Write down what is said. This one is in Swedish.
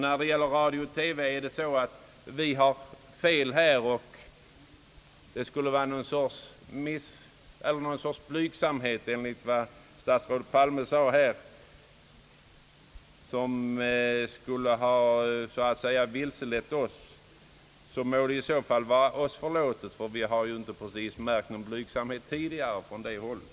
När det gäller radio-TV skulle det enligt vad statsrådet Palme sade ha varit någon sorts blygsamhet som så att säga skulle ha vilselett oss. I så fall må det vara oss förlåtet, ty vi har ju inte precis märkt någon blygsamhet tidigare från det hållet.